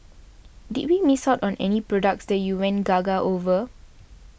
did we miss out any products that you went gaga over